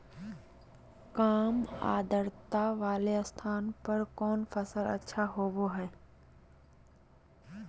काम आद्रता वाले स्थान पर कौन फसल अच्छा होबो हाई?